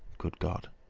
good god!